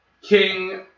King